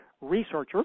researcher